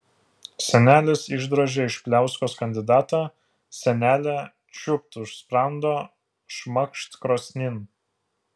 senelis išdrožė iš pliauskos kandidatą senelė čiūpt už sprando šmakšt krosnin